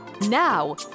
Now